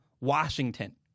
Washington